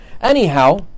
Anyhow